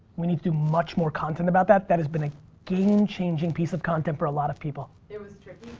we need to do much more content about that. that has been a game changing piece of content for a lot of people. it was tricky